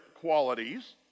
qualities